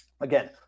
Again